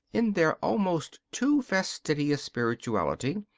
in their almost too fastidious spirituality,